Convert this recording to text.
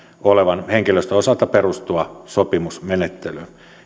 olevan henkilöstön osalta perustua sopimusmenettelyyn